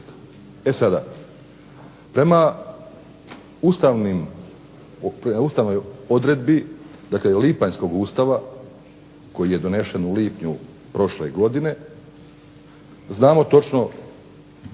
E sada prema ustavnoj odredbi lipanjskog Ustava koji je donešen u lipnju prošle godine, znamo točno